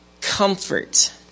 Comfort